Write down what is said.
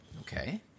Okay